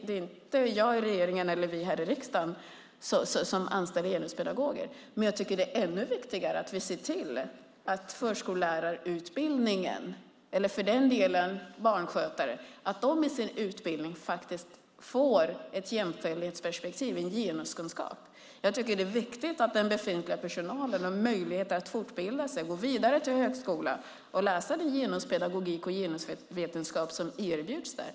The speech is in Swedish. Det är inte jag i regeringen eller vi här i riksdagen som anställer genuspedagoger. Men jag tycker att det är ännu viktigare att vi ser till att förskollärarna eller för den delen barnskötarna i sin utbildning faktiskt får ett jämställdhetsperspektiv och en genuskunskap. Jag tycker att det är viktigt att den befintliga personalen har möjligheter att fortbilda sig och gå vidare till högskola för att läsa genuspedagogik och genusvetenskap som erbjuds där.